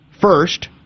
first